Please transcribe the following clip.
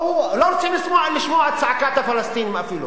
לא רוצים לשמוע צעקת הפלסטינים אפילו,